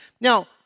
Now